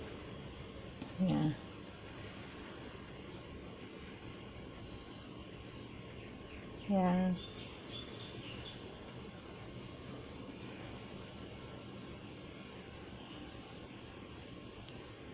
ya ya